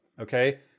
Okay